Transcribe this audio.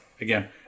again